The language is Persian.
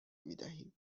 میدهیم